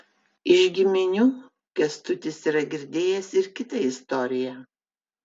iš giminių kęstutis yra girdėjęs ir kitą istoriją